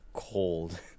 Cold